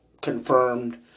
confirmed